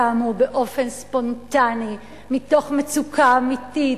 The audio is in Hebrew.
שקמו באופן ספונטני, מתוך מצוקה אמיתית,